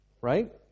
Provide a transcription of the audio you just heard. Right